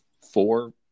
four